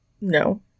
No